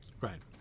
Right